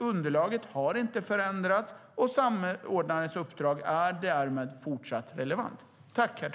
Underlaget har inte förändrats, och samordnarens uppdrag fortsätter därmed att vara relevant.